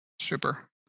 Super